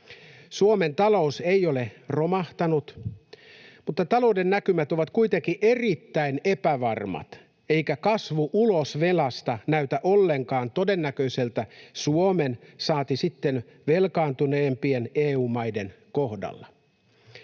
Suomen talous ei ole romahtanut, mutta talouden näkymät ovat kuitenkin erittäin epävarmat eikä kasvu ulos velasta näytä ollenkaan todennäköiseltä Suomen saati sitten velkaantuneempien EU-maiden kohdalla.